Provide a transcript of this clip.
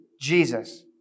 Jesus